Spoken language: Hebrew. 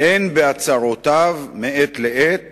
הן בהצהרותיו מעת לעת